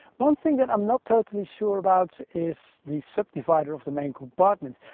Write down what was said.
one thing that i'm not totally sure about is the subdivider of the main compartment.